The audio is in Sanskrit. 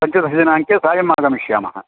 पञ्चदशदिनाङ्के सायम् आगमिष्यामः